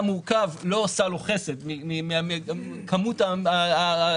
"מורכב" לא עושה לו חסד מבחינת כמות המסמכים,